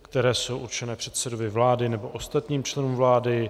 které jsou určené předsedovi vlády nebo ostatním členům vlády.